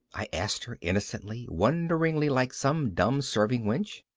i asked her, innocently wonderingly like some dumb serving wench.